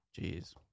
Jeez